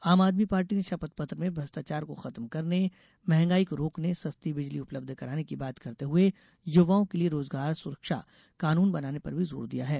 आम आदमी पार्टी ने शपथ पत्र में भ्रष्टाचार को खत्म करने महंगाई को रोकने सस्ती बिजली उपलब्ध कराने की बात करते हुए युवाओं के लिये रोजगार सुरक्षा कानून बनाने पर भी जोर दिया है